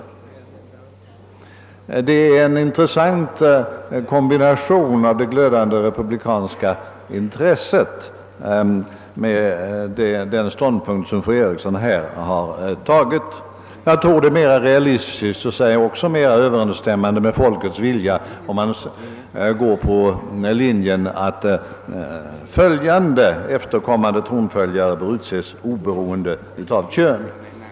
Fru Eriksson gör en intressant kombination av sitt kända glödande republikanska intresse och den ståndpunkt hon här intagit. Jag tror att det är mera realistiskt och mera överensstämmande med folkets vilja om man går på linjen att följande tronföljare — efter den nuvarande — bör utses oberoende av kön.